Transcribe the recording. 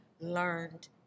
learned